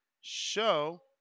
show